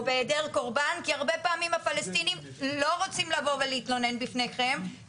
בהיעדר קורבן כי הרבה פעמים הפלסטינים לא רוצים לבוא ולהתלונן בפניכם,